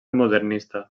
modernista